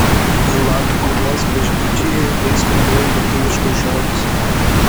labguvos bažnyčioje ilgai skambėjo lietuviškas žodis